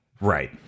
Right